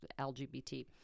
LGBT